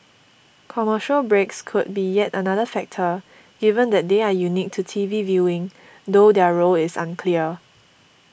commercial breaks could be yet another factor given that they are unique to T V viewing though their role is unclear